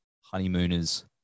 Honeymooners